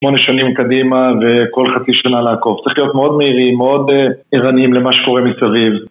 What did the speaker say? המון שנים קדימה וכל חצי שנה לעקוב, צריך להיות מאוד מהירים, מאוד עירנים למה שקורה מסביב.